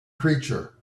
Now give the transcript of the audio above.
creature